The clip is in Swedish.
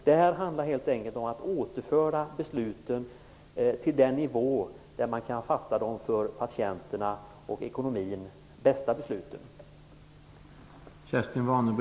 Det handlar här helt enkelt om att återföra besluten till den nivå där de för patienterna och ekonomin bästa besluten kan fattas.